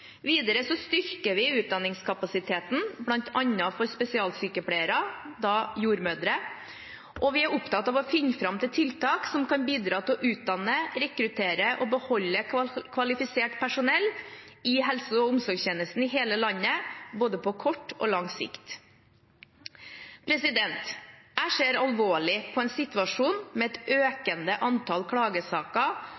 styrker vi utdanningskapasiteten bl.a. for spesialsykepleiere, da jordmødre, og vi er opptatt av å finne fram til tiltak som kan bidra til å utdanne, rekruttere og beholde kvalifisert personell i helse- og omsorgstjenesten i hele landet, både på kort og lang sikt. Jeg ser alvorlig på en situasjon med et